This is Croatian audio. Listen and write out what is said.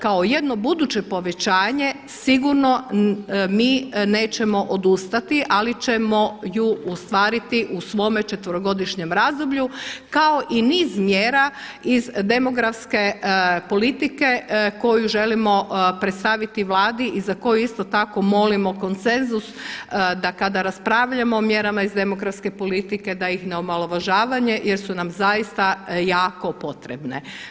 Kao jedno buduće povećanje sigurno mi nećemo odustati, ali ćemo ju ostvariti u svome četverogodišnjem razdoblju kao i niz mjera iz demografske politike koju želimo predstaviti Vladi i za koju isto tako molimo konsenzus da kada raspravljamo o mjerama iz demografske politike, da ih ne omaložavamo jer su nam zaista jako potrebne.